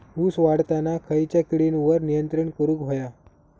ऊस वाढताना खयच्या किडींवर नियंत्रण करुक व्हया?